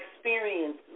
experience